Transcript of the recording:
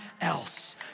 else